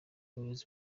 ubuyobozi